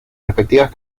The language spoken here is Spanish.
respectivas